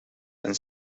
and